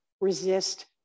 resist